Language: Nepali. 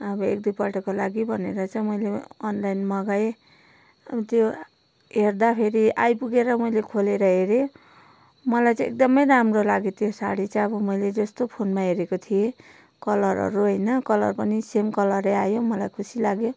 अब एक दुईपल्टको लागि भनेर चाहिँ मैले अनलाइन मगाएँ त्यो हेर्दाफेरि आइपुगेर मैले खोलेर हेरेँ मलाई चाहिँ एकदमै राम्रो लाग्यो त्यो साडी चाहिँ अब मैले जस्तो फोनमा हेरेको थिएँ कलरहरू होइन कलर पनि सेम कलरै आयो मलाई खुसी लाग्यो